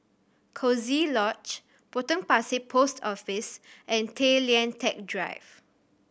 Coziee Lodge Potong Pasir Post Office and Tay Lian Teck Drive